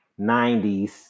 90s